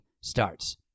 starts